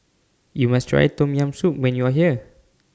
YOU must Try Tom Yam Soup when YOU Are here